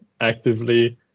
actively